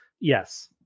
yes